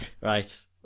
right